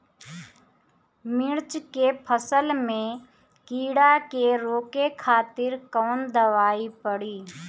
मिर्च के फसल में कीड़ा के रोके खातिर कौन दवाई पड़ी?